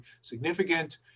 significant